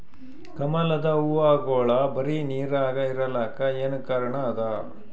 ಕಮಲದ ಹೂವಾಗೋಳ ಬರೀ ನೀರಾಗ ಇರಲಾಕ ಏನ ಕಾರಣ ಅದಾ?